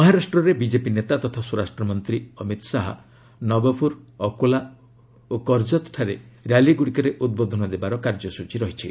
ମହାରାଷ୍ଟ୍ରରେ ବିଜେପି ନେତା ତଥା ସ୍ୱରାଷ୍ଟ୍ରମନ୍ତ୍ରୀ ଅମିତ ଶାହା ନବପୁର ଅକୋଲା ଓ କର୍କତ୍ଠାରେ ର୍ୟାଲିଗୁଡ଼ିକରେ ଉଦ୍ବୋଧନ ଦେବାର କାର୍ଯ୍ୟସୂଚୀ ରହିଛି